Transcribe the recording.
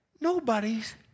nobody's